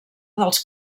dels